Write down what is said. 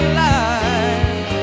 life